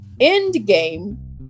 Endgame